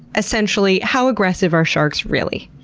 essentially how aggressive are sharks really?